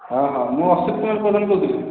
ହଁ ହଁ ମୁଁ ଅସିତ କୁମାର ପ୍ରଧାନ କହୁଥିଲି